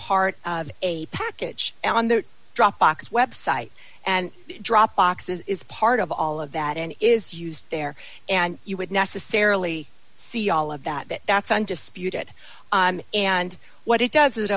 part of a package on the dropbox website and drop boxes is part of all of that and is used there and you would necessarily see all of that but that's undisputed and what it does i